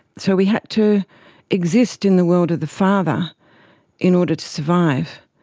so we had to exist in the world of the father in order to survive.